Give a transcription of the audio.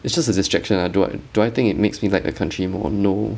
it's just a distraction ah do I do I think it makes me like the country more no